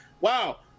wow